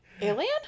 Alien